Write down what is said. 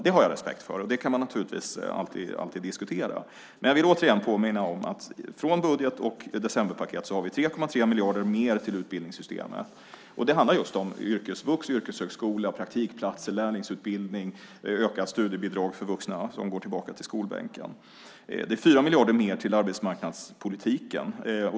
Det har jag respekt för. Det kan man naturligtvis alltid diskutera. Jag vill återigen påminna om att från budget och decemberpaketet har vi 3,3 miljarder mer till utbildningssystemet. Det handlar om yrkesvux, yrkeshögskola, praktikplatser, lärlingsutbildning och ökat studiebidrag för vuxna som går tillbaka till skolbänken. Det är 4 miljarder mer till arbetsmarknadspolitiken.